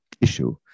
issue